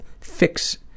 fix